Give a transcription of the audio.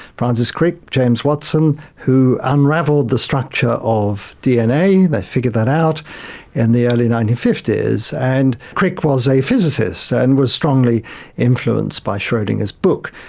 francis crick, james watson who unravelled the structure of dna, they figured that out in the early nineteen fifty s, and crick was a physicist and was strongly influenced by schrodinger's book.